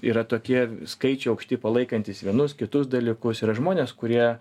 yra tokie skaičiai aukšti palaikantys vienus kitus dalykus yra žmonės kurie